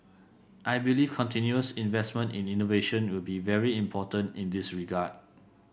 I believe continuous investment in innovation will be very important in this regard